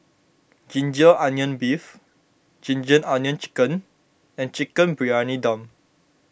Ginger Onions Beef Ginger Onions Chicken and Chicken Briyani Dum